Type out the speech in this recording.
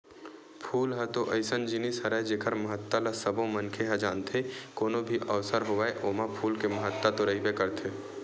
फूल ह तो अइसन जिनिस हरय जेखर महत्ता ल सबो मनखे ह जानथे, कोनो भी अवसर होवय ओमा फूल के महत्ता तो रहिबे करथे